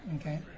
okay